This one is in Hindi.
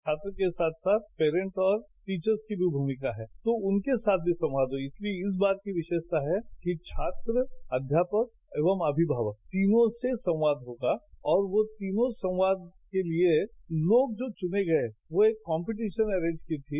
छात्र के साथ साथ पैरेंट और टीचर्स की भी भूमिका है तो उनके साथ भी संवाद हुई इसलिए इस बार की विशेषता है कि छात्र अध्यापक एवं अभिभावक तीनों से संवाद होगा और वह तीनों संवाद के लिए लोग जो चने गए वह एक कॉम्पेटिशन अरेंज की थी